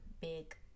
big